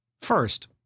First